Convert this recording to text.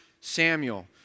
Samuel